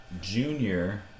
junior